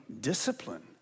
discipline